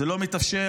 זה לא ראוי,